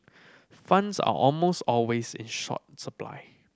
funds are almost always in short supply